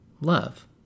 love